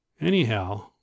Anyhow